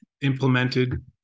implemented